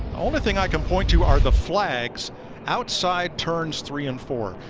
only thingky like point to are the flags outside turns three and four.